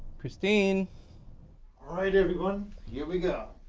christine? all right everyone, here we go.